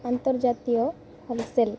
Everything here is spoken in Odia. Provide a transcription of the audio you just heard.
ଆନ୍ତର୍ଜାତୀୟ ହୋଲ୍ସେଲ୍